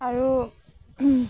আৰু